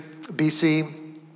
BC